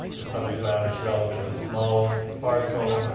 the subject land is relatively small parcel.